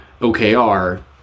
OKR